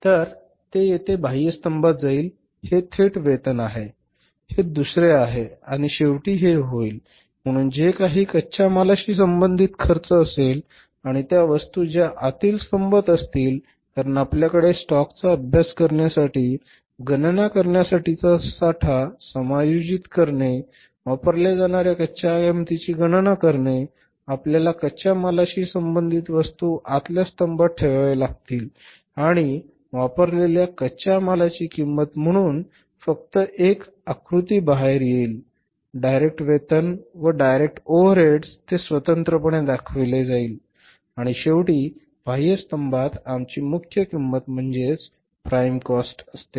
तर ते येथे बाह्य स्तंभात जाईल हे थेट वेतन आहे हे दुसरे आहे आणि शेवटी हे होईल म्हणून जे काही कच्च्या मालाशी संबंधित खर्च असेल आणि त्या वस्तू ज्या आतील स्तंभात असतील कारण आपल्याकडे स्टॉकचा अभ्यास करण्यासाठी गणना करण्यासाठीचा साठा समायोजित करणे वापरल्या जाणाऱ्या कच्च्या मालाच्या किंमतीची गणना करणे आपल्याला कच्च्या मालाशी संबंधित वस्तू आतल्या स्तंभात ठेवाव्या लागतील आणि वापरलेल्या कच्च्या मालाची किंमत म्हणून फक्त एक आकृती बाहेर येईल डायरेक्ट वेतन व डायरेक्ट ओव्हरहेड्स ते स्वतंत्रपणे दाखवली जाईल आणि शेवटी बाह्य स्तंभात आमची मुख्य किंमत म्हणजेच प्राईम कॉस्टअसते